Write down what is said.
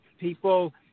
people